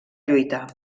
lluitar